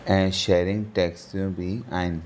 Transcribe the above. ऐं शेअरिंग टेक्सियूं बि आहिनि